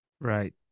Right